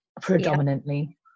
predominantly